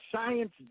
science